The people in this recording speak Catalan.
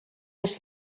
les